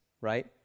right